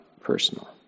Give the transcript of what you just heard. personal